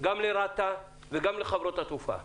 גם לרת"א וגם לחברות התעופה.